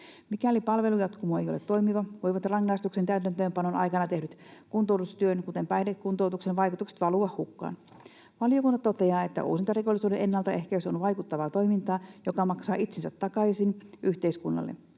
Mikäli palvelujatkumo ei ole toimiva, voivat rangaistuksen täytäntöönpanon aikana tehdyt kuntoutustyön, kuten päihdekuntoutuksen vaikutukset valua hukkaan. Valiokunta toteaa, että uusintarikollisuuden ennaltaehkäisy on vaikuttavaa toimintaa, joka maksaa itsensä takaisin yhteiskunnalle.